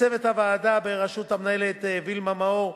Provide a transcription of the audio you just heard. לצוות הוועדה בראשות המנהלת וילמה מאור,